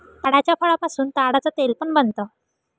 ताडाच्या फळापासून ताडाच तेल पण बनत